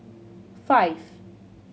five